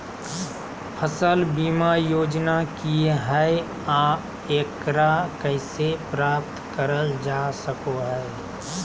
फसल बीमा योजना की हय आ एकरा कैसे प्राप्त करल जा सकों हय?